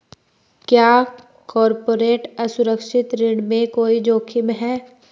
क्या कॉर्पोरेट असुरक्षित ऋण में कोई जोखिम है?